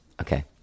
Okay